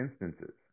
instances